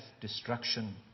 destruction